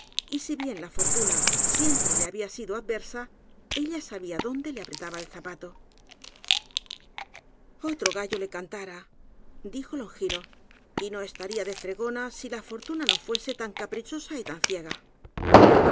y si bien la fortuna siempre le había sido adversa ella sabía dónde le apretaba el zapato otro gallo le cantara dijo longino y no es taría de fregona si la fortuna no fuese tan capricho sa y tan ciega